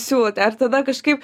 siūlote ir tada kažkaip